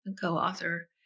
co-author